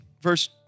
verse